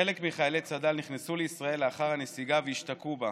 חלק מחיילי צד"ל נכנסו לישראל לאחר הנסיגה והשתקעו בה.